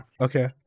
Okay